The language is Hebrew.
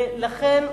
לכן,